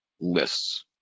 lists